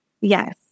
Yes